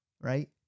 right